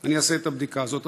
אני אעשה את הבדיקה הזו.